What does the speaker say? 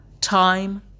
Time